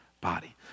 body